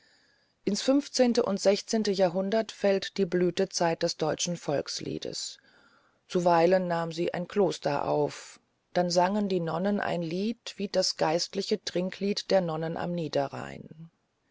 ins fünfzehnte und sechste jahrhundert fällt die blütezeit des deutschen volksliedes zuweilen nahm sie ein kloster auf dann sangen die nonnen ein lied wie das geistliche trinklied der nonnen am niederrhein